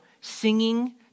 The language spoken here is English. singing